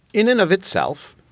in and of itself.